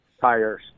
Tires